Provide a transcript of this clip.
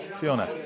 Fiona